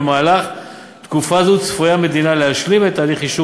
במהלך תקופה זו צפויה המדינה להשלים את תהליך אישור